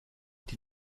die